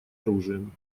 оружием